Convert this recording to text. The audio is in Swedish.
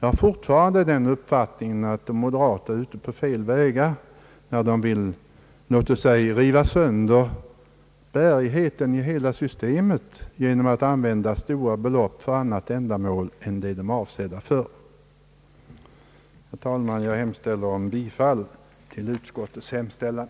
Jag har fortfarande den uppfattningen att de moderata är inne på fel väg, när de vill så att säga riva sönder bärigheten i hela systemet genom att använda stora belopp för annat ändamål än det de är avsedda för. Herr talman! Jag yrkar bifall till utskottets hemställan.